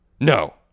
No